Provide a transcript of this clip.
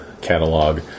catalog